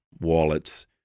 wallets